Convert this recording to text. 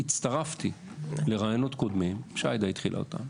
הצטרפתי לרעיונות קודמים, שעאידה התחילה אותם,